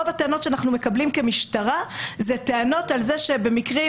רוב הטענות שאנחנו מקבלים כמשטרה זה טענות על זה שבמקרים,